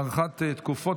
(הארכת תקופות),